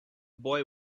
boy